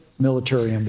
military